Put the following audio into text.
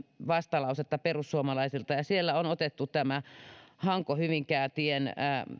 vastalausetta perussuomalaisilta siellä on otettu hanko hyvinkää tien